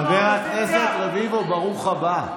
חבר הכנסת רביבו, ברוך הבא.